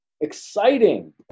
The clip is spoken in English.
exciting